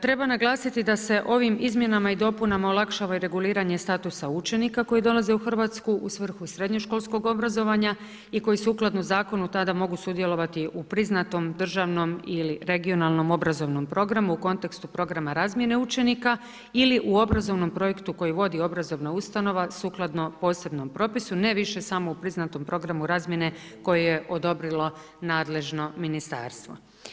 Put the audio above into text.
Treba naglasiti da se ovim izmjenama i dopunama olakšava i reguliranje statusa učenika koji dolaze u Hrvatsku u svrhu srednjoškolskog obrazovanja i koji sukladno zakonu tada mogu sudjelovati u priznatom, državnom ili regionalnom, obrazovnom programu u kontekstu programa razmjene učenika ili u obrazovnom projektu koji vodi obrazovna ustanova sukladno posebnom propisu, ne više samo u priznatom programu razmjenu koje je odobrilo nadležno ministarstvo.